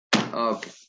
Okay